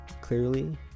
clearly